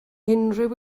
unrhyw